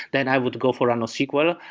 then i would go for a nosql,